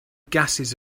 gases